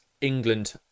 england